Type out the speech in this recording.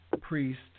priest